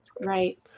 Right